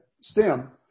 STEM